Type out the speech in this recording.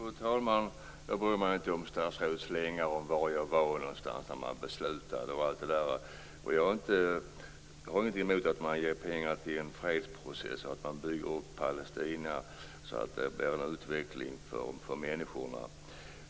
Fru talman! Jag bryr mig inte om statsrådets slängar om var jag var någonstans när riksdagen fattade beslut och annat. Jag har ingenting emot att man ger pengar till en fredsprocess och att man bygger upp Palestina så att det blir en utveckling för människorna där.